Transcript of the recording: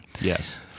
Yes